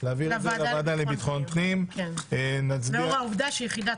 28 בפברואר 2022). נתחיל מהסעיף האחרון